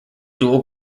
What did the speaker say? dual